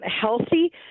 Healthy